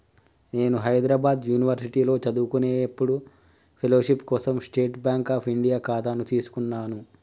నేను హైద్రాబాద్ యునివర్సిటీలో చదువుకునేప్పుడు ఫెలోషిప్ కోసం స్టేట్ బాంక్ అఫ్ ఇండియా ఖాతాను తీసుకున్నాను